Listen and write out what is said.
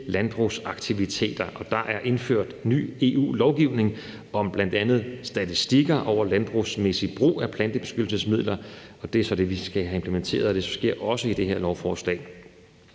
landbrugsaktiviteter. Der er indført ny EU-lovgivning om bl.a. statistikker over landbrugsmæssig brug af plantebeskyttelsesmidler, og det er så det, vi skal have implementeret, og det sker også i det her lovforslag.